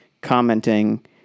commenting